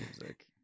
music